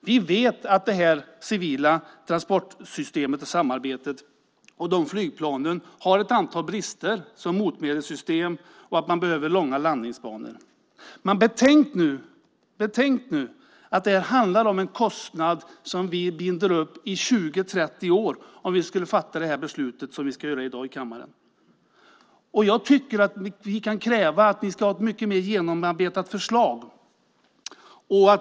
Vi vet att det här civila transportsystemet och samarbetet och de flygplanen har ett antal brister som motmedelssystem och att man behöver långa landningsbanor. Men betänk nu att det handlar om en kostnad som vi binder upp i 20-30 år, om vi skulle fatta det beslut som vi ska fatta i dag i kammaren. Jag tycker att vi kan kräva att vi ska ha ett mycket mer genomarbetat förslag.